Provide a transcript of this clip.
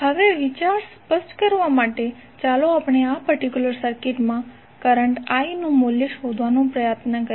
હવે વિચાર સ્પષ્ટ કરવા માટે ચાલો આપણે આ પર્ટિક્યુલર સર્કિટમાં કરંટ I નું મૂલ્ય શોધવાનો પ્રયત્ન કરીએ